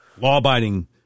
law-abiding